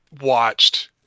watched